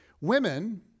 Women